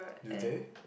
do they